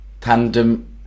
Tandem